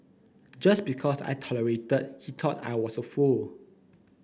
just because I tolerated he thought I was a fool